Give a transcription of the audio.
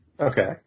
Okay